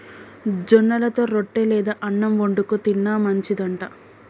జొన్నలతో రొట్టె లేదా అన్నం వండుకు తిన్న మంచిది అంట